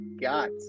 got